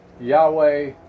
Yahweh